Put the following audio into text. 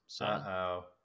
Uh-oh